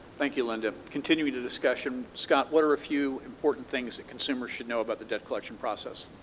thank you, linda. continuing the discussion, scott, what are a few important things that consumers should know about the debt collection process?